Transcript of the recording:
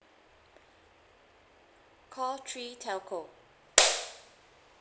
call three telco